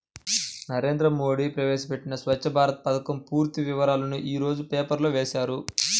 నరేంద్ర మోడీ ప్రవేశపెట్టిన స్వఛ్చ భారత్ పథకం పూర్తి వివరాలను యీ రోజు పేపర్లో వేశారు